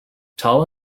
tall